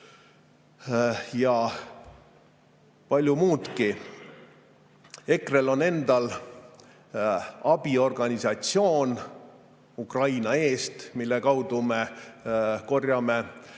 ja palju muudki. EKRE‑l on endal abiorganisatsioon Ukraina Eest, mille kaudu me korjame toetust